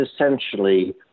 essentially